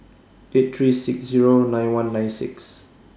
eight three six Zero nine one nine six